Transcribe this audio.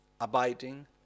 abiding